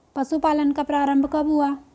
पशुपालन का प्रारंभ कब हुआ?